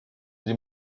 des